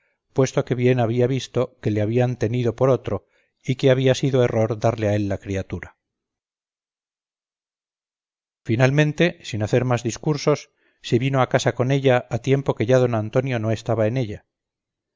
puesto que bien habia visto que le habian tenido por otro y que habia sido error darle á él la criatura finalmente sin hacer mas discursos se vino á casa con ella á tiempo que ya don antonio no estaba en ella